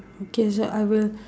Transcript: okay sir I will